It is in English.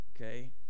okay